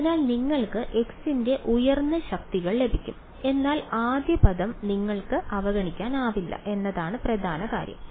അതിനാൽ നിങ്ങൾക്ക് x ന്റെ ഉയർന്ന ശക്തികൾ ലഭിക്കും എന്നാൽ ആദ്യ പദം നിങ്ങൾക്ക് അവഗണിക്കാനാവില്ല എന്നതാണ് പ്രധാന കാര്യം